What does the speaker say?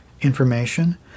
information